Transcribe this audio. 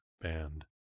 Band